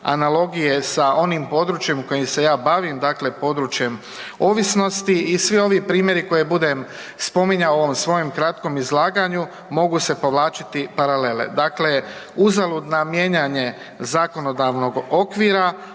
analogije sa onim područjem u kojem se ja bavim, dakle područjem ovisnosti i svi ovi primjeri koje budem spominjao u ovom kratkom izlaganju mogu se povlačiti paralele. Dakle, uzalud nam mijenjanje zakonodavnog okvira